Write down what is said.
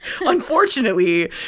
unfortunately